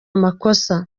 amakosa